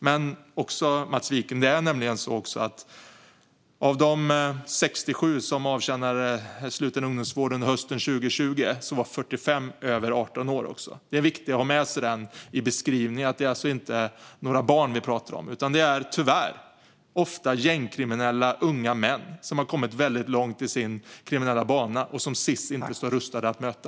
Men, Mats Wiking, av de 67 som avtjänade sluten ungdomsvård under hösten 2020 var 45 över 18 år. Det är viktigt att ha med sig det i beskrivningen. Det är alltså inte några barn vi pratar om, utan det är tyvärr ofta gängkriminella unga män som har kommit väldigt långt i sin kriminella bana och som Sis inte står rustade att möta.